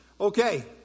Okay